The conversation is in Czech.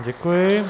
Děkuji.